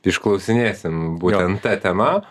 išklausinėsim būtent ta tema